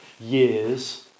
years